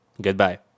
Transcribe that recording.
Goodbye